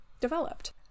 developed